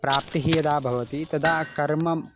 प्राप्तिः यदा भवति तदा कर्म